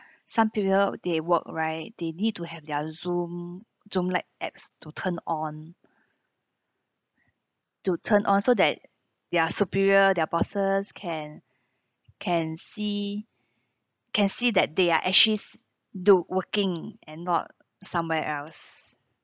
some people they work right they need to have their Zoom Zoom like apps to turn on to turn on so that their superior their bosses can can see can see that they are actually do working and not somewhere else